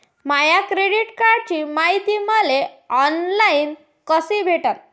माया credit कार्डची मायती मले ऑनलाईन कसी भेटन?